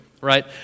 right